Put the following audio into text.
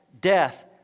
death